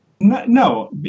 No